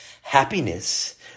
Happiness